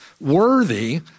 worthy